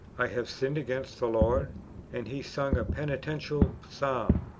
i have sinned against the lord and he sung a penitential psalm,